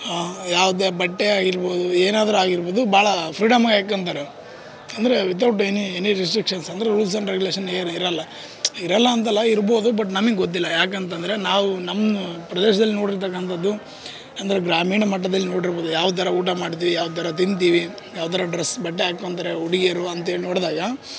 ಯಾವುದೇ ಬಟ್ಟೆ ಆಗಿರ್ಬೋದು ಏನಾದ್ರು ಆಗಿರ್ಬೋದು ಭಾಳ ಫ್ರೀಡಂಮಾಗಿ ಹಾಕ್ಕೊಂತಾರೆ ಅಂದರೆ without any any restrictions ಅಂದ್ರೆ ರೂಲ್ಸ್ ಆ್ಯಂಡ್ ರೇಗುಲೇಷನ್ಸ್ ಏನು ಇರೋಲ್ಲಾ ಇರೋಲ್ಲಾ ಅಂತಲ್ಲಾ ಇರ್ಬೋದು ಬಟ್ ನಮಗೆ ಗೊತ್ತಿಲ್ಲಾ ಯಾಕಂತಂದರೆ ನಾವು ನಮ್ಮ ಪ್ರದೇಶದಲ್ಲಿ ನೋಡಿರ್ತಕ್ಕಂಥದ್ದು ಅಂದರೆ ಗ್ರಾಮೀಣ ಮಟ್ಟದಲ್ಲಿ ನೋಡಿರ್ಬೋದು ಯಾವ ಥರ ಊಟ ಮಾಡ್ತೀವಿ ಯಾವ ಥರ ತಿಂತೀವಿ ಯಾವ ಥರ ಡ್ರಸ್ ಬಟ್ಟೆ ಹಾಕೊಂತಾರೆ ಹುಡಿಗಿಯರು ಅಂತೇಳಿ ನೋಡಿದಾಗ